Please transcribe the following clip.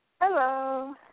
Hello